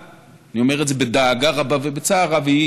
אני אומר את זה בדאגה רבה ובצער רב,